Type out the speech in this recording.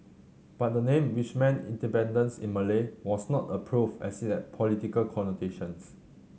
but the name which meant independence in Malay was not approved as it had political connotations